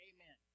Amen